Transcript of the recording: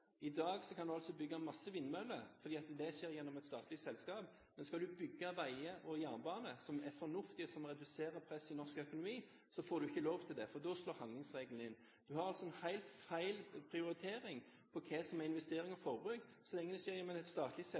I dag kan du altså bygge masse vindmøller, for det skjer gjennom et statlig selskap, men skal du bygge veier og jernbane – som er fornuftig, og som reduserer presset i norsk økonomi – så får du ikke lov til det, for da slår handlingsregelen inn. En har altså en helt feil prioritering når det gjelder hva som er investering og forbruk. Så lenge det skjer gjennom et statlig